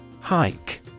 Hike